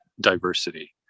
diversity